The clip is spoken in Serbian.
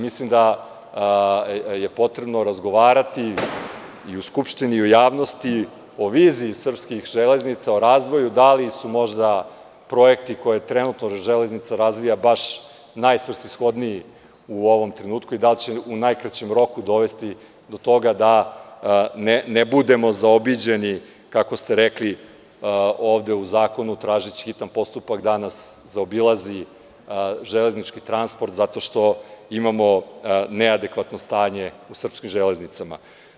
Mislim da je potrebno razgovarati i u Skupštini i u javnosti o viziji srpskih železnica, o razvoju, da li su možda projekti koje trenutno Železnica razvija baš najsvrsishodniji u ovom trenutku i da li će u najkraćem roku dovesti do toga da ne budemo zaobiđeni, kako ste rekli ovde u zakonu, tražeći hitan postupak, da nas zaobilazi železnički transport zato što imamo neadekvatno stanje u srpskim železnicama.